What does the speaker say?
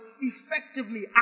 effectively